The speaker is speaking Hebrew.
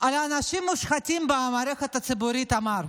על אנשים מושחתים במערכת הציבורית הוא אמר: